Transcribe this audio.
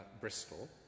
Bristol